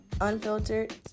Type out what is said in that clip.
unfiltered